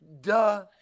duh